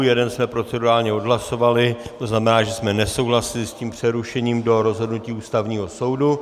Jeden jsme procedurálně odhlasovali, to znamená, že jsme nesouhlasili s přerušením do rozhodnutí Ústavního soudu.